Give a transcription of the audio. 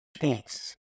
Thanks